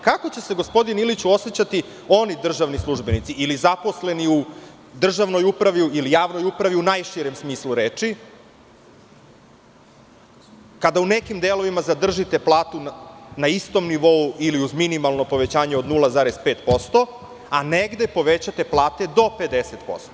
Kako će se, gospodine Iliću, osećati oni državni službenici ili zaposleni u državnoj upravi, javnoj upravi u najširem smislu reči, kada u nekim delovima zadržite platu na istom nivou ili uz minimalno povećanje od 0,5%, a negde povećate plate do 50%